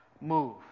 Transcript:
move